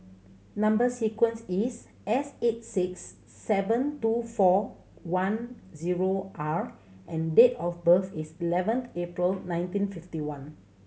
number sequence is S eight six seven two four one zero R and date of birth is eleventh April nineteen fifty one